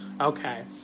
okay